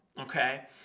okay